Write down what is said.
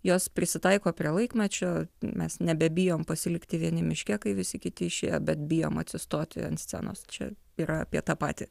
jos prisitaiko prie laikmečio mes nebebijom pasilikti vieni miške kai visi kiti išėjo bet bijom atsistoti ant scenos čia yra apie tą patį